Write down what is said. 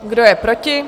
Kdo je proti?